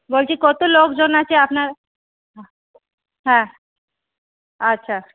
বলছি কতো লোকজন আছে আপনার হ্যাঁ আচ্ছা